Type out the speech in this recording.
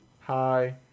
Hi